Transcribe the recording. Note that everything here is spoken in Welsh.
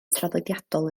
traddodiadol